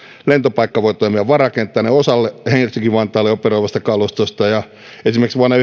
lentopaikka voi toimia varakenttänä osalle helsinki vantaalla operoivasta kalustosta esimerkiksi vuonna